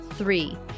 Three